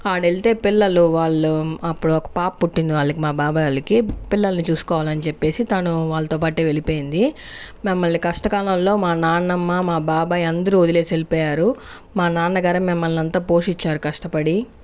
ఆడేళ్తే పిల్లలు వాళ్ళు అప్పుడు ఒక పాప పుట్టింది వాళ్ళకి మా బాబాయి వాళ్లకి పిల్లల్ని చూసుకోవాలని చెప్పేసి తను వాళ్లతోపాటే వెళ్ళిపోయింది మమ్మల్ని కష్టకాలంలో మా నానమ్మ మా బాబాయ్ అందరూ వదిలేసి వెళ్లిపోయారు మా నాన్నగారే మమ్మల్ని అంతా పోషించారు కష్టపడి